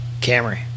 Camry